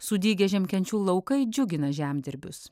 sudygę žiemkenčių laukai džiugina žemdirbius